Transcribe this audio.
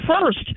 first